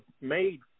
made